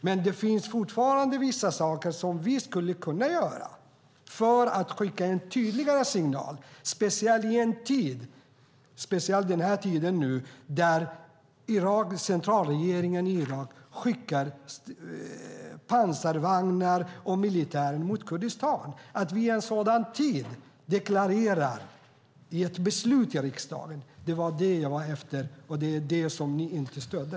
Men det finns fortfarande vissa saker som vi skulle kunna göra för att skicka en tydligare signal, speciellt i en tid som nu då centralregeringen i Irak skickar pansarvagnar och militär mot Kurdistan. Jag var ute efter att vi i en sådan tid kunde deklarera detta i ett beslut i riksdagen. Det är det som ni inte stödde.